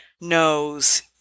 knows